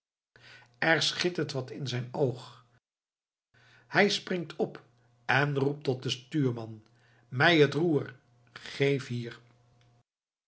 er schittert wat in zijn oog hij springt op en roept tot den stuurman mij het roer geef hier